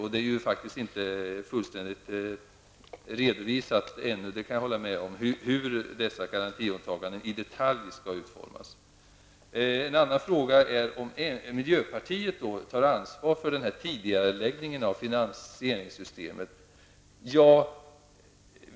Jag kan hålla med om att det ännu inte är fullständigt redovisat hur dessa garantiåtaganden i detalj skall utformas. En annan fråga var om miljöpartiet tar ansvar för tidigareläggningen av finansieringssystemet.